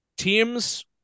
teams